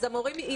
אז המורים יקבלו.